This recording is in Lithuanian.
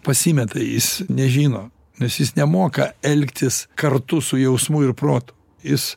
pasimeta jis nežino nes jis nemoka elgtis kartu su jausmu ir protu jis